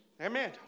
Amen